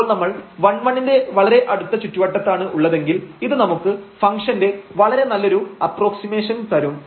അപ്പോൾ നമ്മൾ 11 ന്റെ വളരെ അടുത്ത ചുറ്റുവട്ടത്താണ് ഉള്ളതെങ്കിൽ ഇത് നമുക്ക് ഫംഗ്ഷന്റെ വളരെ നല്ലൊരു അപ്പ്രോക്സിമിഷൻ തരും